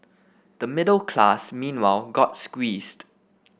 the middle class meanwhile got squeezed